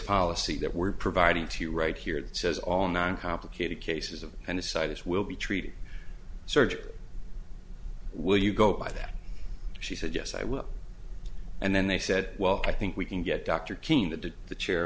policy that we're providing to you right here it says all nine complicated cases of an aside this will be treated surgery will you go by that she said yes i will and then they said well i think we can get dr king that the chair